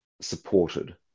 supported